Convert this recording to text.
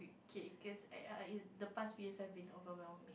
K cause the past reasons been overwhelming